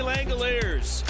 Langoliers